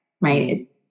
right